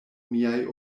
miaj